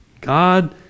God